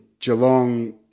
Geelong